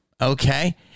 Okay